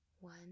One